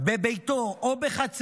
הוא מלחמה בכלים שאינם פרופורציונליים.